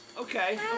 Okay